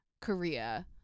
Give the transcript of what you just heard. Korea